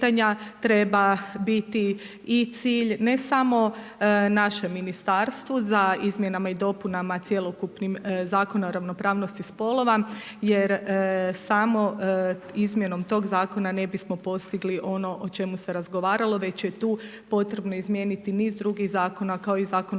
treba biti i cilj ne samo našem ministarstvu za izmjenama i dopunama cjelokupnim Zakona o ravnopravnosti spolova. Jer samom tom izmjenom tog zakona ne bismo postigli ono o čemu se razgovaralo već je tu potrebno izmijeniti niz drugih zakona kao i Zakona